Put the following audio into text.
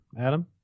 Adam